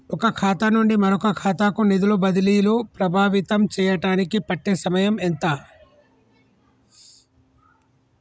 ఒక ఖాతా నుండి మరొక ఖాతా కు నిధులు బదిలీలు ప్రభావితం చేయటానికి పట్టే సమయం ఎంత?